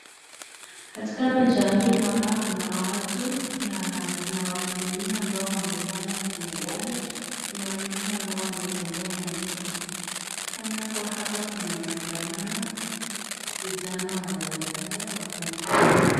Katika picha hii naona kuna watu, na kuna watu wengine ambao wamepanda kwenye gari. Kuna wengine ambao wanatembea na miguu. Kunaonekana kuwa hapa kuna maandamano. Kuna vitu hao vijana wanazitaka wafanyiwe.